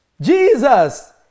Jesus